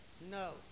no